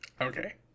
Okay